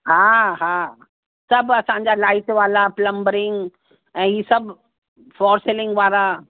हा हा सभु असांजा लाइट वाला प्लंबरिंग ऐं हीअ सभु फॉर सीलिंग वारा